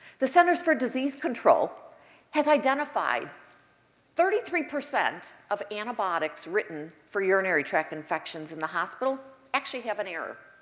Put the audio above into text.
the centers for disease control has identified thirty three per cent of antibiotics written for urinary tract infections in the hospital actually have an error.